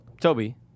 Toby